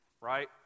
Right